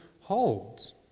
holds